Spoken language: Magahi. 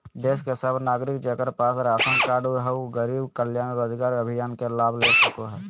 देश के सब नागरिक जेकरा पास राशन कार्ड हय उ गरीब कल्याण रोजगार अभियान के लाभ ले सको हय